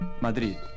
Madrid